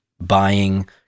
buying